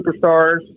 superstars